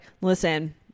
listen